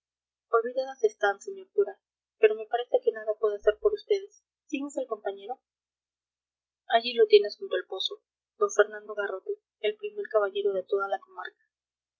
olvidadas están señor cura pero me parece que nada puedo hacer por vds quién es el compañero allí lo tienes junto al pozo d fernando garrote el primer caballero de toda la comarca